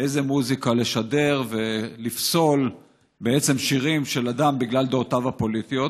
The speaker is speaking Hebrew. איזו מוזיקה לשדר ולפסול שירים של אדם בגלל דעותיו הפוליטיות.